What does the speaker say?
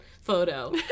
photo